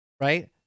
right